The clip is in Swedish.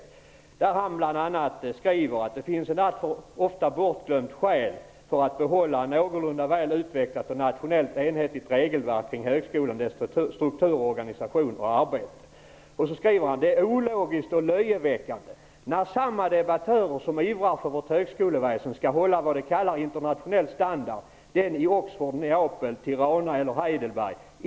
Där skriver han bl.a.: ''Det finns ett alltför ofta bortglömt skäl för att behålla ett någorlunda väl utvecklat och nationellt enhetligt regelverk kring högskolan, dess struktur, organisation och arbete.'' Sedan skriver han: ''Det är ologiskt och löjeväckande, när samma debattörer som ivrar för vårt högskoleväsen skall hålla vad de kallar Tirana eller Heidelberg?)